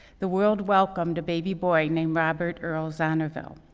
the world welcomed a baby boy named robert earl zonneville.